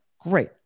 great